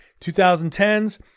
2010s